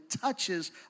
touches